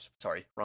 Sorry